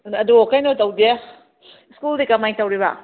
ꯑꯗꯣ ꯀꯩꯅꯣ ꯇꯧꯗꯦ ꯁ꯭ꯀꯨꯜꯗꯤ ꯀꯃꯥꯏꯅ ꯇꯧꯔꯤꯕ